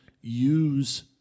use